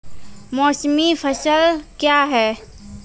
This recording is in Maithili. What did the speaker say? मौसमी फसल क्या हैं?